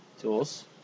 Tools